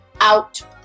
out